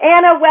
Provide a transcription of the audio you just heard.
Anna